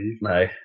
No